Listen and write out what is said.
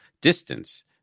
distance